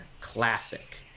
classic